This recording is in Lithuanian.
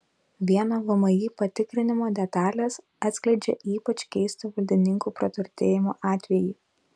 vieno vmi patikrinimo detalės atskleidžia ypač keisto valdininkų praturtėjimo atvejį